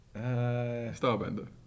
Starbender